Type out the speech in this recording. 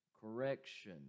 correction